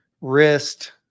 wrist